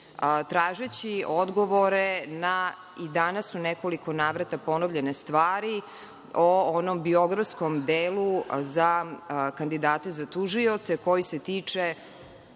tražeći odgovor na i danas u nekoliko navrata ponovljene stvari o onom biografskom delu za kandidate za tužioce koji se tiče